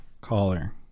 caller